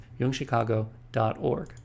youngchicago.org